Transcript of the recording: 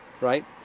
right